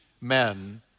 men